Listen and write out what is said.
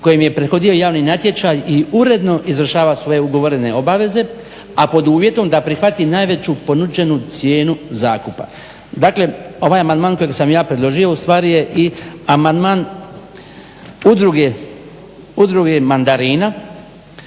kojem je prethodio javni natječaj i uredno izvršava svoje ugovorene obaveze a pod uvjetom da prihvati najveću ponuđenu cijenu zakupa." Dakle ovaj amandman kojeg sam ja predložio ustvari je i amandman udruge mandarina,